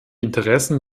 interessen